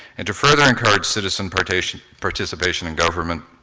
and to further encourage citizen participation participation in government,